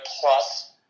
Plus